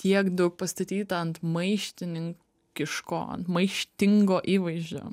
tiek daug pastatyta ant maištininkiško maištingo įvaizdžio